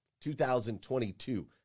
2022